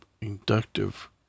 inductive